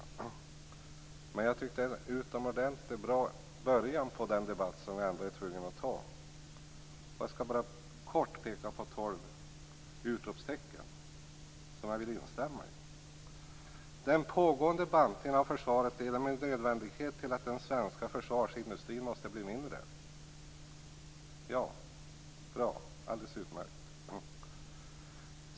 Jag tycker dock att den var en utomordentligt bra början på den debatt som vi ändå är tvungna att ha. Jag skall först bara kort peka på tolv utropstecken som jag vill instämma i. - Den pågående bantningen av försvaret leder med nödvändighet till att den svenska försvarsindustrin måste bli mindre. - Ja. Bra. Alldeles utmärkt.